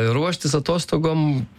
ruoštis atostogom